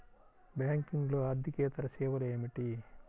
బ్యాంకింగ్లో అర్దికేతర సేవలు ఏమిటీ?